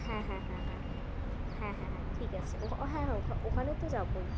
হ্যাঁ হ্যাঁ হ্যাঁ হ্যাঁ হ্যাঁ হ্যাঁ হ্যাঁ ঠিক আছে ও হ্যাঁ হ্যাঁ ওখানে তো যাবোই